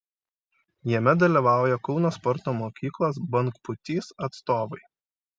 jame dalyvauja kauno sporto mokyklos bangpūtys atstovai